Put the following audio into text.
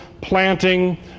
planting